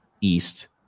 East